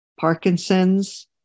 Parkinson's